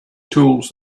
tools